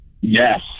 Yes